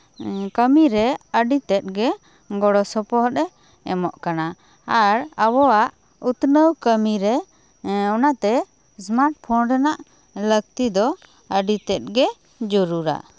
ᱠᱟᱹᱢᱤᱨᱮ ᱟᱹᱰᱤ ᱛᱮᱜ ᱜᱮ ᱜᱚᱲᱚ ᱥᱚᱯᱚᱦᱚᱫ ᱮ ᱮᱢᱚᱜ ᱠᱟᱱᱟ ᱟᱨ ᱟᱵᱚᱣᱟᱜ ᱩᱛᱱᱟᱹᱣ ᱠᱟᱹᱢᱤᱨᱮ ᱚᱱᱟᱛᱮ ᱤᱥᱢᱟᱨᱴ ᱯᱷᱳᱱ ᱨᱮᱱᱟᱜ ᱞᱟᱹᱠᱛᱤ ᱫᱚ ᱟᱹᱰᱤ ᱛᱮᱜ ᱜᱮ ᱡᱟᱹᱨᱩᱲᱟ